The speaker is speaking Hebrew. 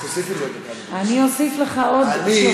תוסיפי לי עוד דקה בבקשה.